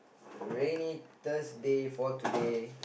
rainy Thursday for today